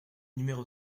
numéro